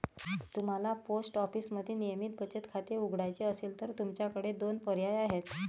तुम्हाला पोस्ट ऑफिसमध्ये नियमित बचत खाते उघडायचे असेल तर तुमच्याकडे दोन पर्याय आहेत